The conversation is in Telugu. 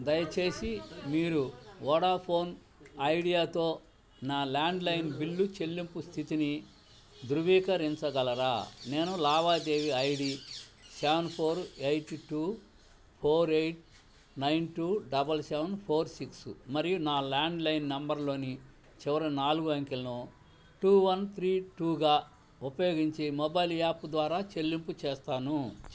దయచేసి మీరు వోడాఫోన్ ఐడియాతో నా ల్యాండ్లైన్ బిల్లు చెల్లింపు స్థితిని ధృవీకరించగలరా నేను లావాదేవీ ID seven four eight two four eight nine two double seven four six మరియు నా ల్యాండ్లైన్ నంబర్లోని చివరి నాలుగు అంకెలను టూ వన్ త్రీ టూగా ఉపయోగించి మొబైల్ యాప్ ద్వారా చెల్లింపు చేస్తాను